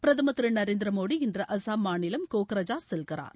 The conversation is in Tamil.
பிரதமர் திரு நரேந்திர மோடி இன்று அசாம் மாநிலம் கோக்ரஜார் செல்கிறார்